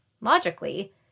logically